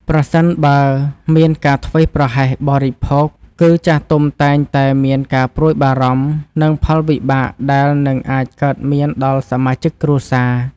ប្រសិនបើមានការធ្វេសប្រហែសបរិភោគ គឺ ចាស់ទុំតែងតែមានការព្រួយបារម្ភ និងផលវិបាកដែលនឹងអាចកើតមានដល់សមាជិកគ្រួសារ។